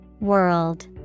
World